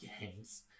games